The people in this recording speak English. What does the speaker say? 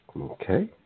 Okay